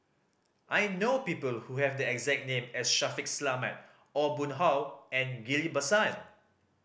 I know people who have the exact name as Shaffiq Selamat Aw Boon Haw and Ghillie Basan